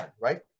right